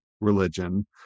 religion